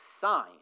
sign